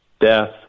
death